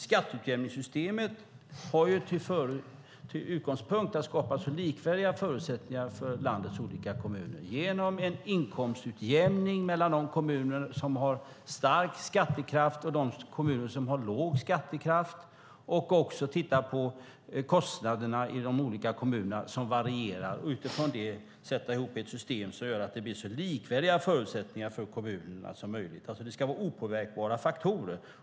Skatteutjämningssystemet har som utgångspunkt att skapa så likvärdiga förutsättningar som möjligt för landets olika kommuner genom en inkomstutjämning mellan de kommuner som har en stark skattekraft och de kommuner som har en låg skattekraft. Man ska också titta på kostnaderna i de olika kommunerna som varierar. Utifrån detta ska man sätta ihop ett system som gör att det blir så likvärdiga förutsättningar som möjligt för kommunerna. Det ska alltså vara opåverkbara faktorer.